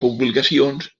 publicacions